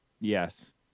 Yes